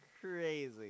crazy